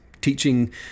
teaching